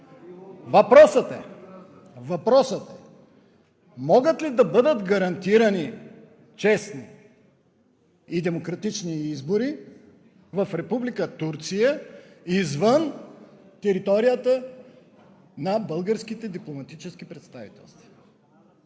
Въпросът е: могат ли да бъдат гарантирани честни и демократични избори в Република Турция извън територията на българските дипломатически представителства?